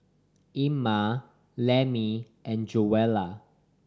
Ima Lemmie and Joella